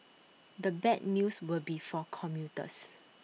the bad news would be for commuters